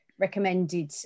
recommended